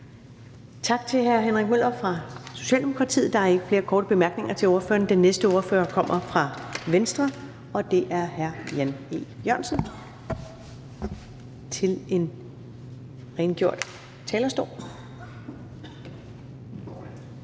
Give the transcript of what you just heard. Tak til hr. Henrik Møller fra Socialdemokratiet. Der er ikke flere korte bemærkninger til ordføreren. Den næste ordfører kommer fra Venstre, og det er hr. Jan E. Jørgensen, der kommer til en rengjort talerstol.